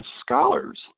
scholars